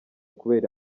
kubera